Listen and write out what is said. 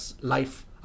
life